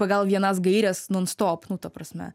pagal vienas gaires non stop nu ta prasme